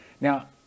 Now